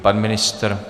Pan ministr?